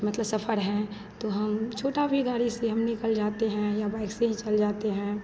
मतलब सफर है तो हम छोटी भी गाड़ी से हम निकल जाते हैं या बाइक से ही चल जाते हैं